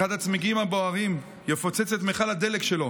אחד הצמיגים הבוערים יפוצץ את מכל הדלק שלו